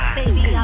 baby